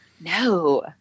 No